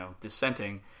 dissenting